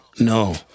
no